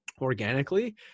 organically